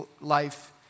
life